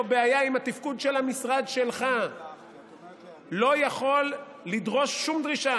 בעיה עם התפקוד של המשרד שלך לא יכול לדרוש שום דרישה,